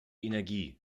energie